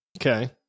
Okay